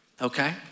Okay